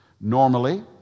Normally